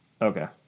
Okay